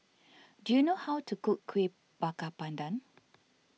do you know how to cook Kueh Bakar Pandan